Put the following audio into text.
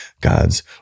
God's